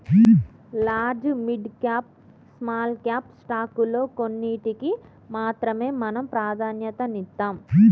large, mid cap, small cap స్టాకుల్లో కొన్నిటికి మాత్రమే మనం ప్రాధన్యతనిత్తాం